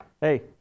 hey